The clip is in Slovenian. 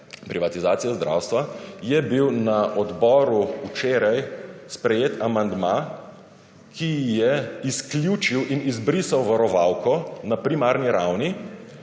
privatizacije zdravstva, je bil na odboru včeraj sprejet amandma, ki je izključil in izbrisal varovalko na primarni ravni,